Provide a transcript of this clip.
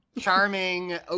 charming